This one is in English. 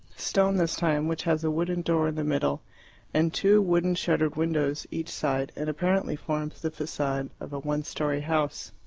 stone this time, which has a wooden door in the middle and two wooden-shuttered windows each side, and apparently forms the facade of a one-storey house.